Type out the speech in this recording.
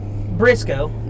Briscoe